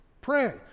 Pray